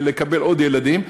לקבל עוד ילדים,